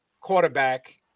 quarterback